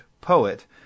poet